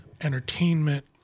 entertainment